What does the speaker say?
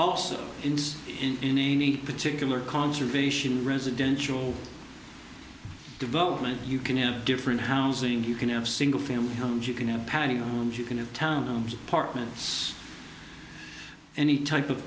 also in any particular conservation residential development you can have different housing you can have single family homes you can have padding homes you can have town homes apartments or any type of